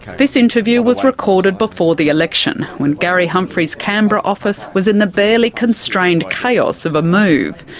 this interview was recorded before the election, when gary humphries' canberra office was in the barely constrained chaos of a move.